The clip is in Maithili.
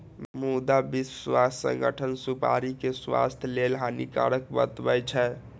मुदा विश्व स्वास्थ्य संगठन सुपारी कें स्वास्थ्य लेल हानिकारक बतबै छै